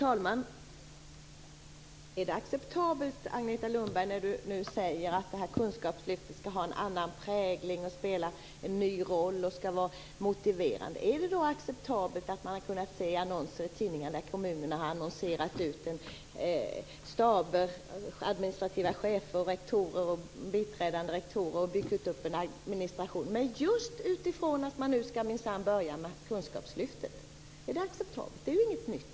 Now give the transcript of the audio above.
Herr talman! Agneta Lundberg sade att kunskapslyftet skall ha en annan prägel, spela en ny roll och vara motiverande. Är det då acceptabelt att kommunerna annonserar efter staber av administrativa chefer, rektorer och biträdande rektorer utifrån motiveringen att man skall börja med kunskapslyftet? Det är ju inget nytt.